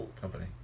company